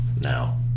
now